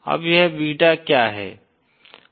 अब यह बीटा क्या है